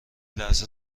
لحظه